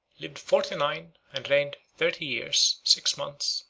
lived forty-nine, and reigned thirty years, six months,